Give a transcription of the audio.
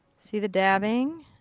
see the dabbing?